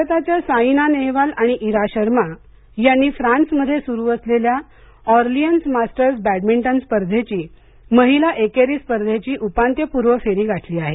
badminton भारताच्या साईना नेहवाल आणि ईरा शर्मा यांनी फ्रान्समध्ये सुरू असलेल्या ऑरलीयन्स मास्टर्स बॅडमिंटन स्पर्धेची महिला एकेरी स्पर्धेची उपांत्यपूर्व फेरी गाठली आहे